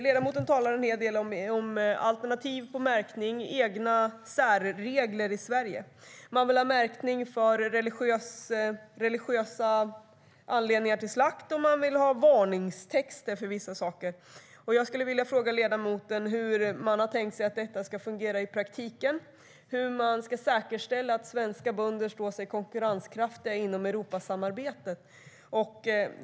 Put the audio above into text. Ledamoten talar en hel del om alternativ i fråga om märkning och egna särregler i Sverige. Man vill ha märkning när det är religiösa anledningar till slakt, och man vill ha varningstexter för vissa saker. Jag skulle vilja fråga ledamoten hur man har tänkt sig att detta ska fungera i praktiken och hur man ska säkerställa att svenska bönder är konkurrenskraftiga inom Europasamarbetet.